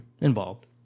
Involved